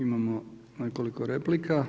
Imamo nekoliko replika.